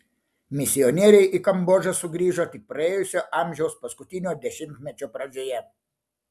misionieriai į kambodžą sugrįžo tik praėjusio amžiaus paskutinio dešimtmečio pradžioje